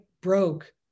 broke